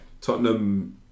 Tottenham